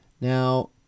Now